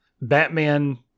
Batman